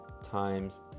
times